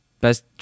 best